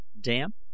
damp